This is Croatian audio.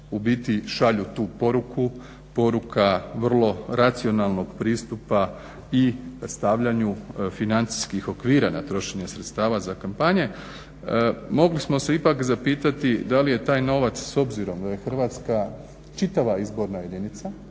u biti šalju tu poruku. Poruka vrlo racionalnog pristupa i stavljanju financijskih okvira na trošenje sredstava za kompanije, mogli smo se ipak zapitati da li je taj novac s obzirom da je Hrvatska čitava izborna čitava